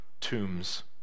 tombs